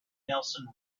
neilson